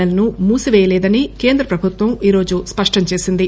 L ను మూసిపేయడం లేదని కేంద్ర ప్రభుత్వం ఈరోజు స్పష్టం చేసింది